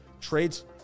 Trades